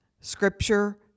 scripture